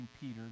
Peter